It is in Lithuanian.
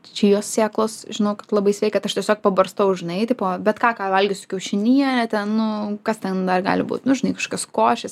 čijos sėklos žinau kad labai sveika tai aš tiesiog pabarstau žinai tipo bet ką ką valgysiu kiaušinienę ten nu kas ten dar gali būt nu žinai kažkokios košės